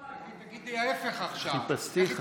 תגידי ההפך עכשיו, תגידי ההפך: